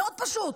מאוד פשוט,